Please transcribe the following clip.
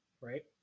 Right